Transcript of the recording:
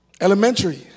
elementary